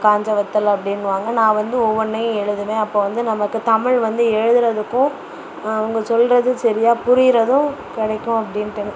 காஞ்ச வத்தல் அப்படின்னுவாங்க நான் வந்து ஒவ்வொன்றையும் எழுதுவேன் அப்போ வந்து நமக்கு தமிழ் வந்து எழுதுகிறதுக்கும் அவங்க சொல்கிறது சரியா புரிகிறதும் கிடைக்கும் அப்படின்ட்டுனு